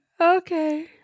Okay